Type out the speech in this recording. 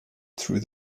through